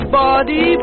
body